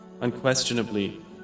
Unquestionably